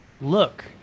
look